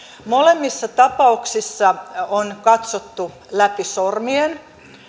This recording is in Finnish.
molemmissa tapauksissa on katsottu läpi sormien